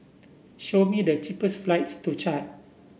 show me the cheapest flights to Chad